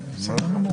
החדש (הוראת שעה) (חובת ביצוע בדיקה בכניסה לישראל)